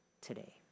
today